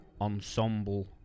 Ensemble